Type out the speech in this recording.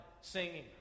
singing